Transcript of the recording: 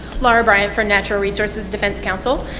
lar brian from natural resources defense council.